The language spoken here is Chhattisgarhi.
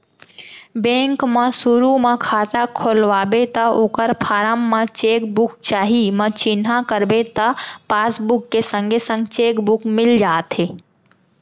बेंक म सुरू म खाता खोलवाबे त ओकर फारम म चेक बुक चाही म चिन्हा करबे त पासबुक के संगे संग चेक बुक मिल जाथे